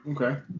Okay